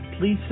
please